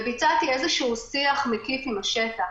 וביצעתי איזשהו שיח מקיף עם השטח,